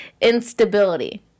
instability